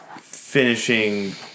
finishing